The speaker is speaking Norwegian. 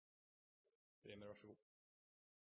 – vær så god.